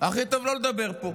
הכי טוב לא לדבר פה.